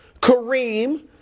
Kareem